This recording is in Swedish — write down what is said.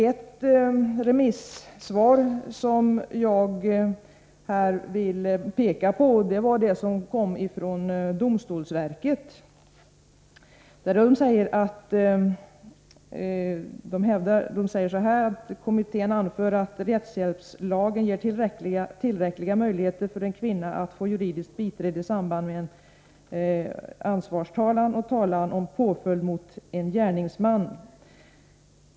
Ett remissvar som jag i det här sammanhanget vill peka på är det som ingavs av domstolsverket, som sade följande: ”Kommittén anför att rättshjälpslagen ger tillräckliga möjligheter för en kvinna att få juridiskt biträde i samband med ansvarstalan och talan om påföljd mot en gärningsman .